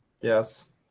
Yes